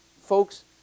Folks